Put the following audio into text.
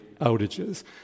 outages